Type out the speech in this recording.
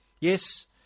Yes